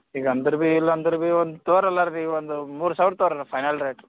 ಈಗ ಅಂದರೂ ಭೀ ಇಲ್ಲಾಂದರೂ ಭೀ ಒನ್ ತೋರ ಅಲ್ಲರ್ ಭೀ ಒಂದು ಮೂರು ಸಾವಿರ ತಗೊಳಿ ಫೈನಲ್ ರೇಟ್